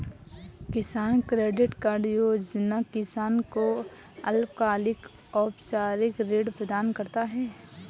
किसान credit card योजना किसान को अल्पकालिक औपचारिक ऋण प्रदान करता है